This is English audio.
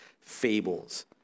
fables